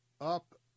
up